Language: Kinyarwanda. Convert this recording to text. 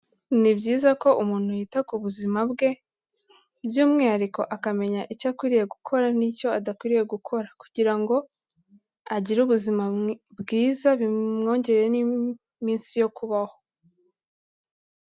Ni byiza ko umuntu yita ku buzima bwe, by'umwihariko akamenya icyo akwiriye gukora n'icyo adakwiriye gukora, kugira ngo agire ubuzima bwiza bimwongere n'iminsi yo kubaho.